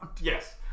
Yes